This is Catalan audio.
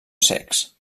cecs